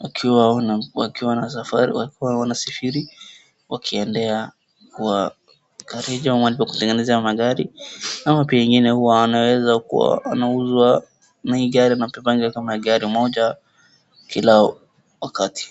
wakiwa wanasafiri, wakiendea mahali pa kutengenezea magari, ama pengine huwa anaweza kuwa anauza, na hii gari inabebanga kama gari moja kila wakati.